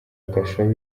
kasho